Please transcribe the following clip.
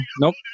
Nope